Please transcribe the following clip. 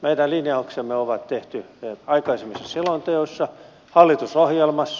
meidän linjauksemme on tehty aikaisemmissa selonteoissa hallitusohjelmassa